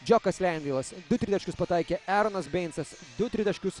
džiokas lendeilas du tritaškius pataikė eronas beincas du tritaškius